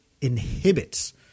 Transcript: inhibits